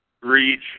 Reach